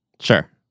Sure